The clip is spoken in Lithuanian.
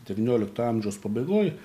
devyniolikto amžiaus pabaigoj